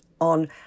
on